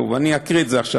אני אקריא את זה עכשיו.